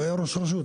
הוא היה ראש רשות.